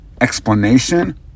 explanation